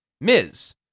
Ms